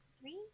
three